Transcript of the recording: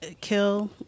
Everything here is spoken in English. kill